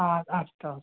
आ अस्तु